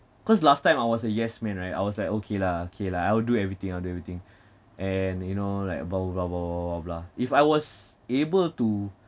cause last time I was a yes man right I was like okay lah okay lah I will do everything I'll do everything and you know like blah blah blah blah blah blah blah blah if I was able to